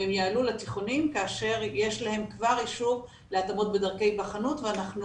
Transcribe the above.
והם יעלו לתיכונים כאשר יש להם כבר אישור להתאמות בדרכי היבחנות ואנחנו